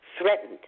threatened